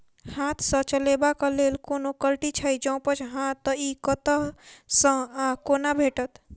हाथ सऽ चलेबाक लेल कोनों कल्टी छै, जौंपच हाँ तऽ, इ कतह सऽ आ कोना भेटत?